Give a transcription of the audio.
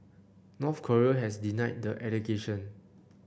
North Korea has denied the allegation